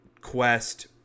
quest